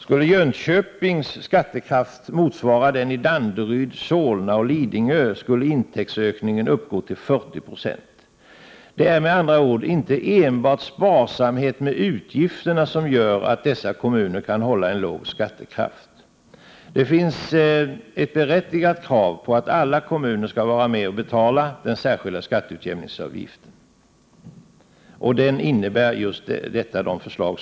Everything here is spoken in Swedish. Skulle Jönköpings skattekraft motsvara den i Danderyd, Solna eller Lidingö skulle intäktsökningen uppgå till 40 96! Det är med andra ord inte enbart sparsamhet med utgifterna som gör att dessa kommuner kan hålla en låg skatt. Det finns alltså ett berättigat krav på att alla kommuner skall vara med och betala. Den särskilda skatteutjämningsavgiften innebär just detta.